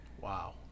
Wow